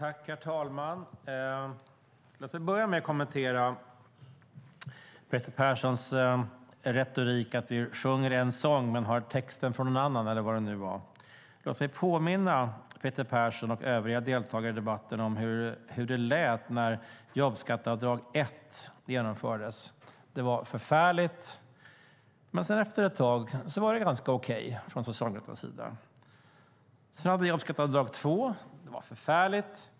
Herr talman! Låt mig börja med att kommentera Peter Perssons retorik om att vi sjunger en sång men har texten från en annan, eller vad det nu var. Jag vill påminna Peter Persson och övriga deltagare i debatten om hur det lät när jobbskatteavdrag ett genomfördes. Det var förfärligt. Men efter ett tag var det ganska okej för Socialdemokraterna. Sedan kom jobbskatteavdrag två. Det var förfärligt.